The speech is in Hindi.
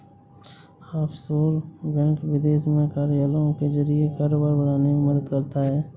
ऑफशोर बैंक विदेश में कार्यालयों के जरिए कारोबार बढ़ाने में मदद करता है